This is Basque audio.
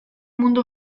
mundu